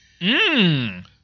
Mmm